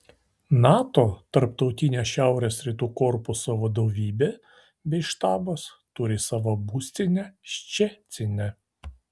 nato tarptautinio šiaurės rytų korpuso vadovybė bei štabas turi savo būstinę ščecine